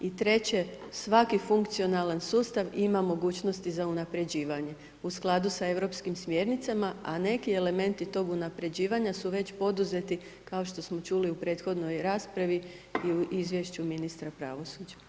I treće, svaki funkcionalan sustav ima mogućnosti za unapređivanje u skladu s europskim smjernicama, a neki elementi tog unapređivanja su već poduzeti, kao što smo čuli u prethodnoj raspravi, i u izvješću ministra pravosuđa.